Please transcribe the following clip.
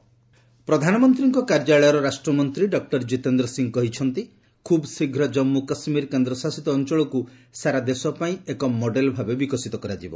ଜୀତେନ୍ଦ୍ର ସିଂହ ଜାମ୍ମୁ ପ୍ରଧାନମନ୍ତ୍ରୀଙ୍କ କାର୍ଯ୍ୟାଳୟର ରାଷ୍ଟ୍ରମନ୍ତ୍ରୀ ଡକ୍କର ଜୀତେନ୍ଦ୍ର ସିଂହ କହିଛନ୍ତି ଖୁବ୍ ଶୀଘ୍ର କାଶ୍ମୁ କାଶ୍ମୀର କେନ୍ଦ୍ରଶାସିତ ଅଞ୍ଚଳକୁ ସାରା ଦେଶ ପାଇଁ ଏକ ମଡେଲ ଭାବେ ବିକଶିତ କରାଯିବ